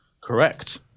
Correct